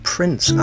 Prince